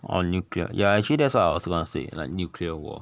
oh nuclear ya actually that's what I was gonna say like nuclear war